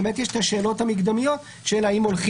יש קודם את השאלות המקדמיות שהזכרתי